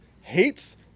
hates